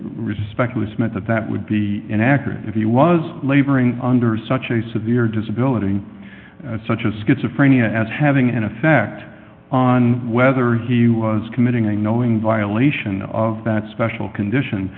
respect was meant that that would be inaccurate if he was laboring under such a severe disability such as schizophrenia as having an effect on whether he was committing a knowing violation of that special condition